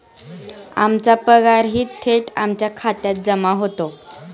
आमचा पगारही थेट आमच्या खात्यात जमा होतो